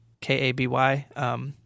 K-A-B-Y